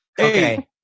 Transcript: okay